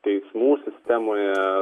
teismų sistemoje